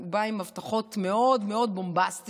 הוא בא עם הבטחות מאוד מאוד בומבסטיות,